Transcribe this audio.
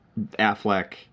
Affleck